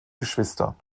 geschwister